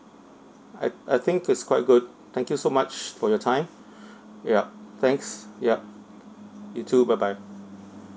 I I think is quite good thank you so much for your time yup thanks yup you too bye bye